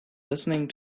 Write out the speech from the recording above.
listening